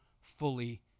fully